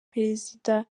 perezida